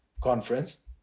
conference